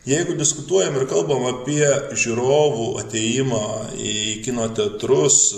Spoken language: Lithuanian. jeigu diskutuojam ir kalbam apie žiūrovų atėjimą į kino teatrus